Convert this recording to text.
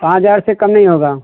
पाँच हज़ार से कम नहीं होगा